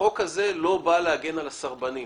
החוק הזה לא בא להגן על הסרבנים,